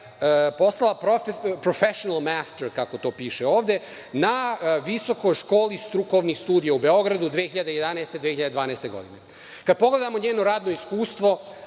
postala „profešnal mester“ kako to piše ovde na Visokoj školi strukovnih studija u Beogradu 2011/2012. godine. Kada pogledamo njeno radno iskustvo,